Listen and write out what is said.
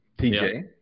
TJ